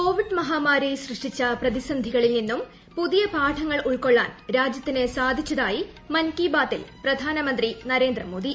Covid മഹാമാരി സൃഷ്ടിച്ച പ്രതിസന്ധികളിൽ നിന്നും പുതിയ പാഠങ്ങൾ ഉൾക്കൊള്ളാൻ രാജ്യത്തിനു സാധിച്ചതായി മൻ ക്ടി ബാത്തിൽ പ്രധാനമന്ത്രി നരേന്ദ്ര മോദി